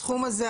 הסכום הזה,